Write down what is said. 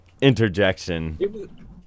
interjection